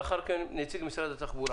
לאחר מכן נציגת משרד התחבורה